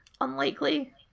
Unlikely